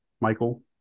Michael